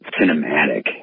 cinematic